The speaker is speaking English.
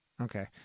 Okay